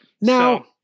Now